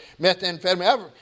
methamphetamine